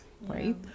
right